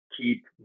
keep